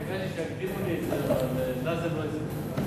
ביקשתי שיקדימו לי אותה, אבל נאזם לא הסכים.